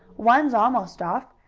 one's almost off,